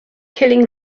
killing